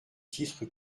titre